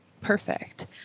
Perfect